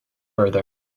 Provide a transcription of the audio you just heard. further